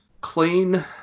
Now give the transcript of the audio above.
clean